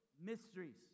mysteries